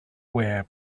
wear